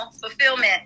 fulfillment